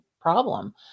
problem